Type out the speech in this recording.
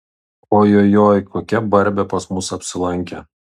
ojojoi kokia barbė pas mus apsilankė